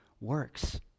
works